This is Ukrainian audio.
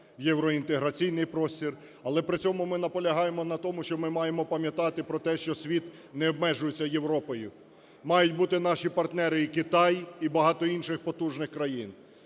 євроінтеграційний простір. Але при цьому ми наполягаємо на тому, що ми маємо пам'ятати про те, що світ не обмежується Європою. Мають бути наші партнери і Китай, і багато інших потужних країн.